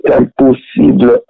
impossible